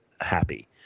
happy